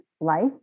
life